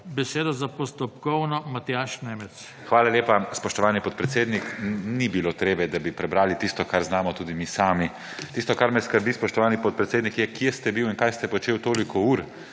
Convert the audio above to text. besedo za postopkovno Matjaž Nemec. **MATJAŽ NEMEC (PS SD):** Hvala lepa, spoštovani podpredsednik. Ni bilo treba, da ste prebrali tisto, kar znamo tudi mi sami. Tisto, kar me skrbi, spoštovani podpredsednik, je, kje ste bili in kaj ste počeli toliko ur,